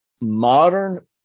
Modern